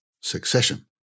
succession